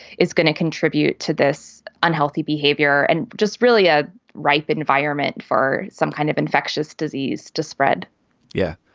it's going to contribute to this unhealthy behavior and just really a ripe environment for some kind of infectious disease to spread yeah,